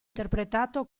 interpretato